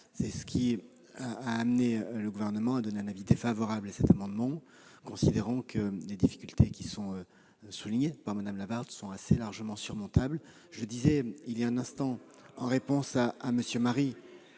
C'est ce qui a amené le Gouvernement à donner un avis défavorable à cet amendement, considérant que les difficultés que vous soulignez sont assez largement surmontables. Je le disais voilà un instant en réponse à